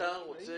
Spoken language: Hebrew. רוצה